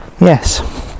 Yes